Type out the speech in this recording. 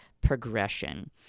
progression